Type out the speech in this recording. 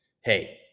hey